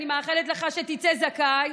אני מאחלת לך שתצא זכאי,